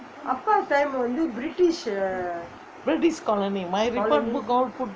british colony my report book all put